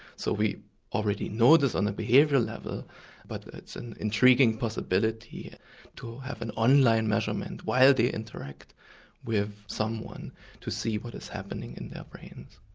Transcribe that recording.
so we already know this on a behavioural level but it's an intriguing possibility to have an online measurement while they interact with someone to see what is happening in their brains.